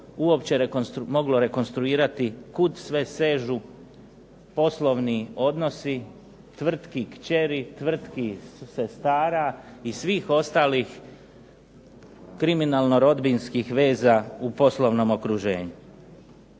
uopće moglo rekonstruirati kud sve sežu poslovni odnosi tvrtki kćeri, tvrtki sestara i svih ostalih kriminalno rodbinskih veza u poslovnom okruženju.